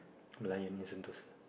the Merlion at Sentosa